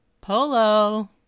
Polo